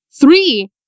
three